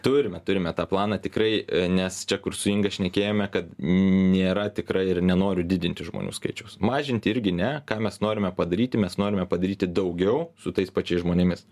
turime turime tą planą tikrai nes čia kur su inga šnekėjome kad nėra tikrai ir nenoriu didinti žmonių skaičiaus mažinti irgi ne ką mes norime padaryti mes norime padaryti daugiau su tais pačiais žmonėmis